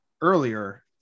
earlier